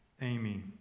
Amy